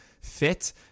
fit